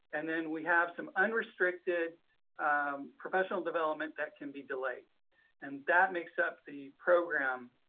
and then we have some unrestricted professional development that can be delayed and that makes up the program